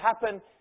happen